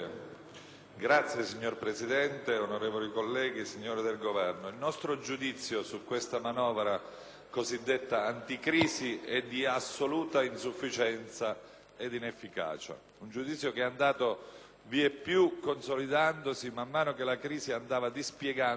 *(PD)*. Signor Presidente, onorevoli colleghi, signori del Governo, il nostro giudizio su questa manovra cosiddetta anticrisi è di assoluta insufficienza ed inefficacia. Tale giudizio è andato vieppiù consolidandosi man mano che la crisi andava dispiegando